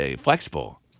flexible